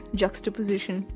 juxtaposition